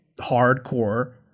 hardcore